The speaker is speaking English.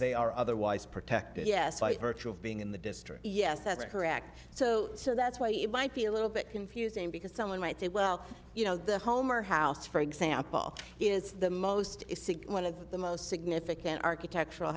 they are otherwise protected yes right virtue of being in the district yes that's correct so so that's why it might be a little bit confusing because someone might say well you know the home or house for example is the most sick one of the most significant architectural